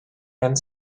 and